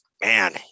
man